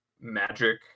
magic